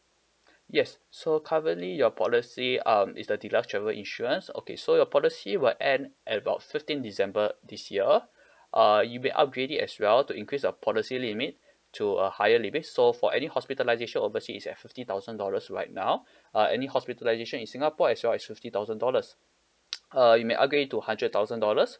yes so currently your policy um is the deluxe travel insurance okay so your policy will end at about fifteenth december this year uh you may upgrade it as well to increase your policy limit to a higher limit so for any hospitalisation overseas is at fifty thousand dollars right now uh any hospitalisation in singapore as well is fifty thousand dollars uh you may upgrade it to hundred thousand dollars